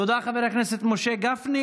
תודה, חבר הכנסת משה גפני.